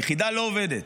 יחידה לא עובדת,